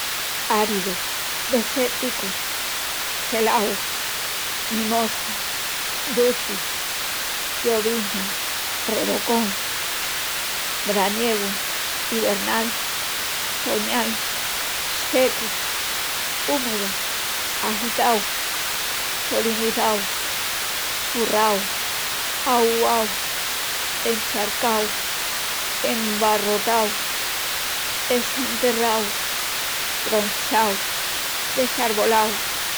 Áridu, desérticu, gelau, mimosu, duci, llovisna, revocón, braniegu, ivernal, toñal, secu, úmedu, agitau, polinizáu, turrau, auguau, encharcau, embarrotau, esenterrau, tronchau, desarvolau.